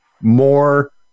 more